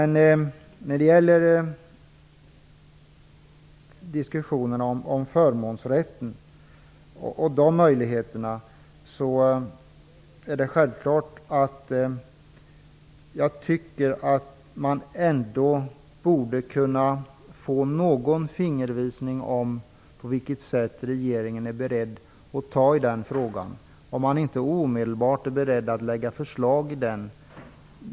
När det gäller diskussionen om möjligheterna till förmånsrätt är det självklart att man ändå borde kunna få någon fingervisning om på vilket sätt regeringen är beredd att ta itu med frågan. Är regeringen beredd att omedelbart lägga fram förslag?